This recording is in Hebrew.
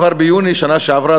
כבר ביוני בשנה שעברה,